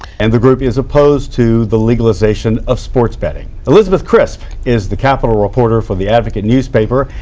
and the group is opposed to the legalization of sports betting. elizabeth crisp is the capital reporter for the advocate newspaper.